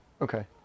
Okay